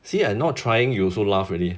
see I'm not trying you also laugh already